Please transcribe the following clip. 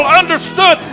understood